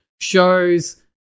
shows